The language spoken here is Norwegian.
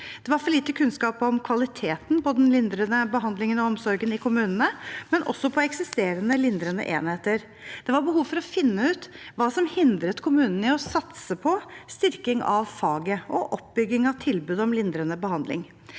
Det var for lite kunnskap om kvaliteten på den lindrende behandlingen og omsorgen i kommunene, men også på eksisterende lindrende enheter. Det var behov for å finne ut hva som hindret kommunene i å satse på styrking av faget og oppbygging av tilbudet om lindrende behandling.